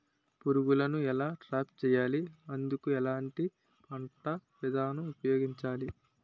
పురుగులను ఎలా ట్రాప్ చేయాలి? అందుకు ఎలాంటి పంట విధానం ఉపయోగించాలీ?